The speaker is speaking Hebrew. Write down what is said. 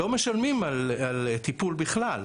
לא משלמים על טיפול בכלל.